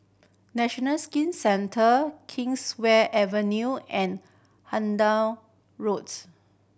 National Skin Centre Kingswear Avenue and Hendon Roads